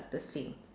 the same